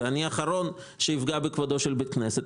אני האחרון שיפגע בכבודו של בית כנסת,